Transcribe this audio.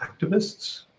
activists